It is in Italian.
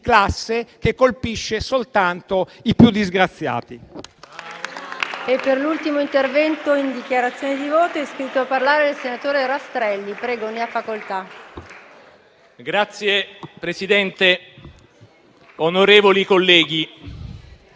classe che colpisce soltanto i più disgraziati.